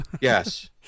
Yes